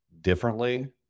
differently